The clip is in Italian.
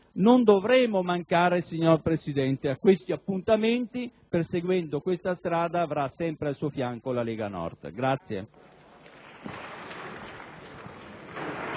Non dovremo mancare, signor Presidente, a questi appuntamenti. Perseguendo questa strada, avrà sempre al suo fianco la Lega Nord.